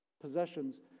possessions